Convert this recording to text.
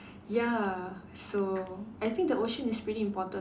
ya so I think the ocean is pretty important